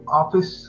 office